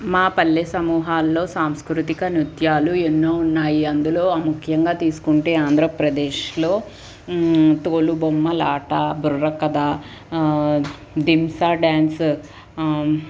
మా పల్లె సమూహాల్లో సాంస్కృతిక నృత్యాలు ఎన్నో ఉన్నాయి అందులో ముఖ్యంగా తీసుకుంటే ఆంధ్రప్రదేశ్లో తోలుబొమ్మలాట బుర్రకథ థింసా డ్యాన్స్